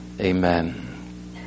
Amen